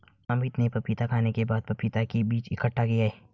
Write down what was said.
अमित ने पपीता खाने के बाद पपीता के बीज इकट्ठा किए